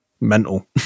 mental